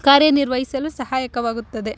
ಕಾರ್ಯನಿರ್ವಹಿಸಲು ಸಹಾಯಕವಾಗುತ್ತದೆ